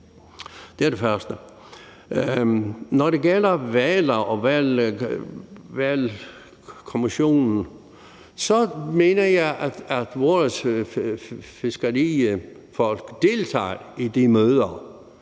Det er det første. Når det gælder hvaler og hvalkommissionen, mener jeg, at vores fiskerifolk deltager i de møder